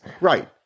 Right